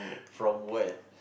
from where